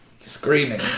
Screaming